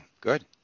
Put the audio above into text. good